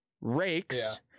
rakes